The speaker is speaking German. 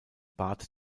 bat